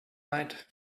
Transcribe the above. night